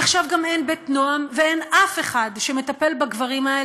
עכשיו גם אין "בית נועם" ואין אף אחד